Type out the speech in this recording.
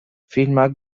filmak